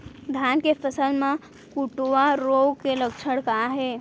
धान के फसल मा कटुआ रोग के लक्षण का हे?